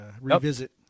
revisit